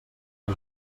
que